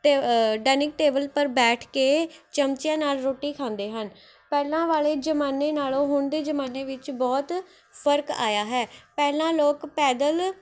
ਟੇ dining table ਪਰ ਬੈਠ ਕੇ ਚਮਚਿਆਂ ਨਾਲ਼ ਰੋਟੀ ਖਾਂਦੇ ਹਨ ਪਹਿਲਾਂ ਵਾਲੇ ਜ਼ਮਾਨੇ ਨਾਲੋਂ ਹੁਣ ਦੇ ਜ਼ਮਾਨੇ ਵਿੱਚ ਬਹੁਤ ਫ਼ਰਕ ਆਇਆ ਹੈ ਪਹਿਲਾਂ ਲੋਕ ਪੈਦਲ